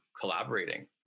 collaborating